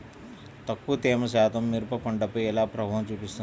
తక్కువ తేమ శాతం మిరప పంటపై ఎలా ప్రభావం చూపిస్తుంది?